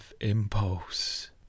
impulse